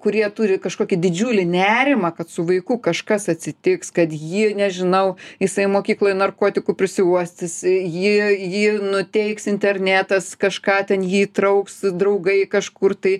kurie turi kažkokį didžiulį nerimą kad su vaiku kažkas atsitiks kad jį nežinau jisai mokykloj narkotikų prisiuostys jį jį nuteiks internetas kažką ten jį įtrauks draugai kažkur tai